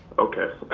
okay.